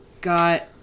got